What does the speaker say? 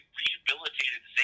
rehabilitated